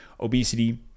obesity